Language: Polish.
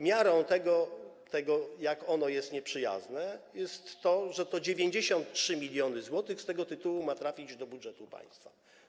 Miarą tego, jak ono jest nieprzyjazne, jest to, że 93 mln zł z tego tytułu ma trafić do budżetu państwa.